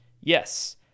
Yes